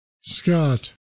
Scott